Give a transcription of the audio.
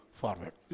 forward